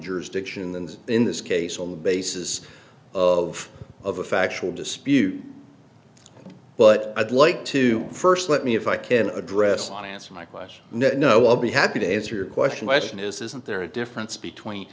jurisdiction and in this case on the basis of of a factual dispute but i'd like to first let me if i can address and answer my question no i'll be happy to answer your question weston isn't there a difference between